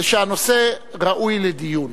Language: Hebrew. זה שהנושא ראוי לדיון.